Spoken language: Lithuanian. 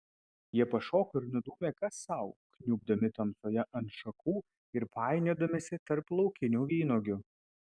jie pašoko ir nudūmė kas sau kniubdami tamsoje ant šaknų ir painiodamiesi tarp laukinių vynuogių